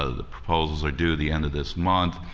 ah the proposals are due the end of this month.